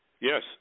Yes